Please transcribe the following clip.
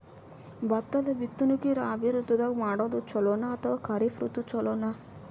ಭತ್ತದ ಬಿತ್ತನಕಿ ರಾಬಿ ಋತು ದಾಗ ಮಾಡೋದು ಚಲೋನ ಅಥವಾ ಖರೀಫ್ ಋತು ಚಲೋನ?